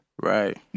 Right